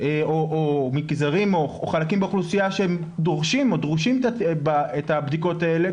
או חלקים באוכלוסייה שהם דורשים את הבדיקות האלה,